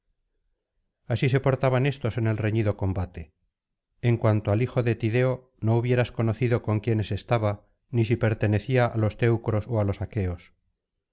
así se portaban éstos en el reñido combate en cuanto al hijo de tideo no hubieras conocido con quiénes estaba ni si pertenecía á los teucros ó á los aqueos